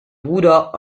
bruder